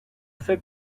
fait